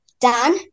Dan